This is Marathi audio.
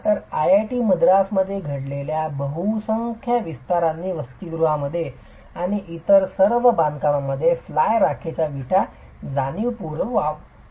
तर आयआयटी मद्रासमध्ये घडलेल्या बहुसंख्य विस्तारांनी वसतिगृहांमध्ये आणि इतर सर्व बांधकामांमध्ये फ्लाय राखेच्या विटा जाणीवपूर्वक वापरल्या आहेत